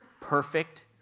perfect